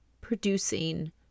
producing